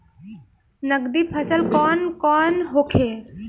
नकदी फसल कौन कौनहोखे?